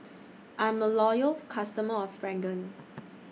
I'm A Loyal customer of Pregain